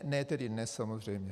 Ne tedy dnes, samozřejmě.